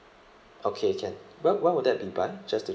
okay can when when would that be burn just to check